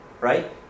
Right